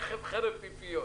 חרב פיפיות...